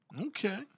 Okay